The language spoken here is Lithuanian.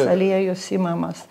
aliejus imamas